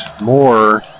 more